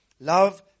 love